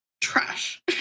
trash